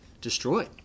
destroyed